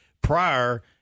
prior